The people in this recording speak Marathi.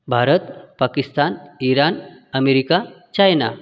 Bharat Pakistan Iran America China